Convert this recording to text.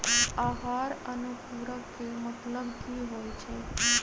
आहार अनुपूरक के मतलब की होइ छई?